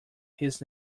his